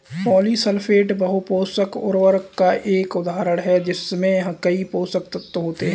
polysulphate बहु पोषक उर्वरक का एक उदाहरण है जिसमें कई पोषक तत्व होते हैं